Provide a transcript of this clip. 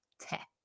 tech